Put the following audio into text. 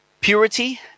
purity